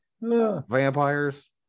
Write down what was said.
Vampires